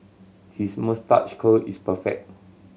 his moustache curl is perfect